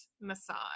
massage